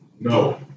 No